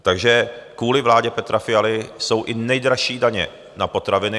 Takže kvůli vládě Petra Fialy jsou i nejdražší daně na potraviny.